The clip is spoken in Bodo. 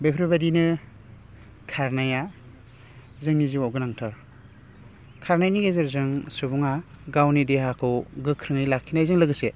बेफोरबायदिनो खारनाया जोंनि जिउआव गोनांथार खारनायनि गेजेरजों सुबुङा गावनि देहाखौ गोख्रोङै लाखिनायजों लोगोसे